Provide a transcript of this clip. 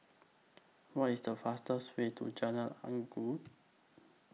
What IS The fastest Way to Jalan Inggu